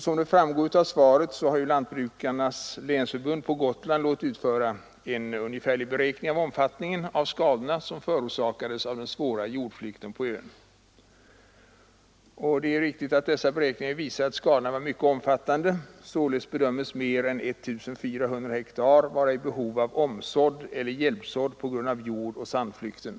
Som det framgår av svaret har Lantbrukarnas länsförbund på Gotland låtit utföra en ungefärlig beräkning av omfattningen av skadorna som förorsakades av den svåra jordflykten på ön. Det är riktigt att dessa beräkningar visar att skadorna är mycket omfattande. Således bedömes mer än 1 400 hektar vara i behov av omsådd eller hjälpsådd på grund av jordoch sandflykten.